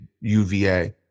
UVA